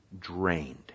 drained